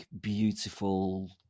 beautiful